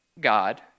God